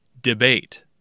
Debate